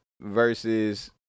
Versus